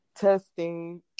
testing